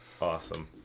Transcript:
Awesome